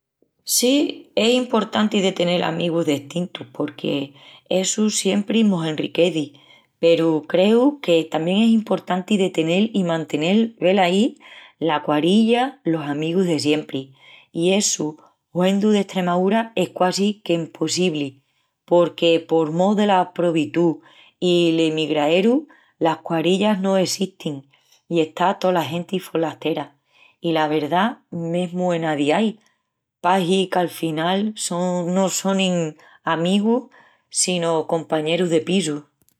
Sí, es emportanti de tenel amigus destintus porque essu siempri mos enriqueci peru creu que tamién es emportanti de tenel i mantenel velaí la quarilla, los amigus de siempri. I essu huendu d'Estremaúra es quasi qu'empossibli porque por mó dela probitú i l'emigraeru, las quarillas no essestin i está tola genti folastera. I la verdá, mesmu enas ciais, pahi qu'afinal no sonin amigus sino compañerus de pisu.